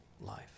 life